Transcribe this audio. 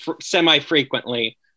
semi-frequently